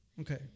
Okay